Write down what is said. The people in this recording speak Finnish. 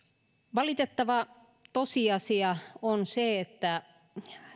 valitettava tosiasia on se että